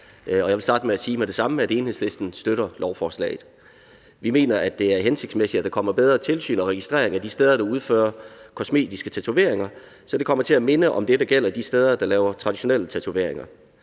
Jeg vil starte med at sige, at Enhedslisten støtter lovforslaget. Vi mener, at det er hensigtsmæssigt, at der kommer bedre tilsyn med og registrering af de steder, der udfører kosmetiske tatoveringer, så det kommer til at minde om det, der gælder de steder, hvor man laver traditionelle tatoveringer.